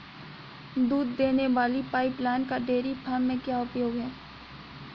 दूध देने वाली पाइपलाइन का डेयरी फार्म में क्या उपयोग है?